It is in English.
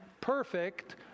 perfect